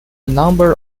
number